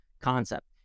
concept